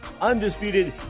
undisputed